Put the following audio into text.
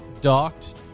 docked